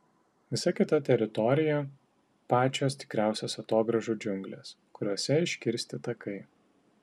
visa kita teritorija pačios tikriausios atogrąžų džiunglės kuriose iškirsti takai